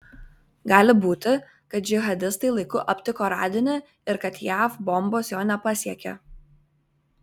gali būti kad džihadistai laiku aptiko radinį ir kad jav bombos jo nepasiekė